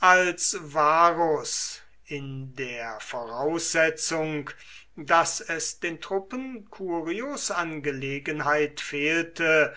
als varus in der voraussetzung daß es den truppen curios an gelegenheit fehlte